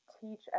teach